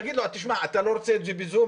תגיד לו: אתה לא רוצה את זה ב"זום",